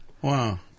Wow